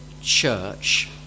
church